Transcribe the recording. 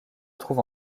trouve